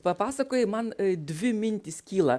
papasakojai man dvi mintys kyla